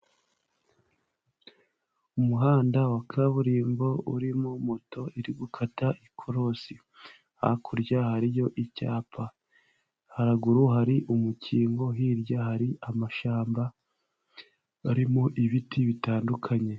Umuhanda wa kaburimbo urimo moto iri gukata ikorosi. Hakurya hariyo icyapa, haruguru hari umukingo. Hirya hari amashyamba arimo ibiti bitandukanye.